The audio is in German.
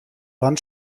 wand